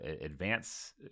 advance